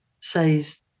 says